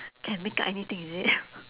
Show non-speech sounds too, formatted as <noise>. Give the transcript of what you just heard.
can make up anything is it <laughs>